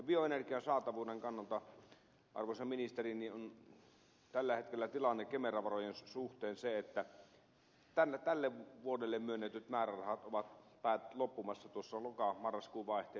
bioenergian saatavuuden kannalta arvoisa ministeri on tällä hetkellä tilanne kemera varojen suhteen se että tälle vuodelle myönnetyt määrärahat ovat loppumassa tuossa lokamarraskuun vaihteen tienoilla